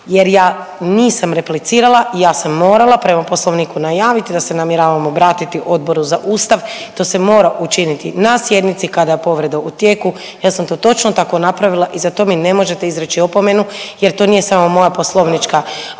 jer ja nisam replicirala, ja sam morala prema Poslovniku najaviti da se namjeravam obratiti Odboru za Ustav, to se mora učiti na sjednici kada je povreda u tijeku, ja sam to točno tako napravila i za to mi ne možete izreći opomenu jer to nije samo moja poslovnička,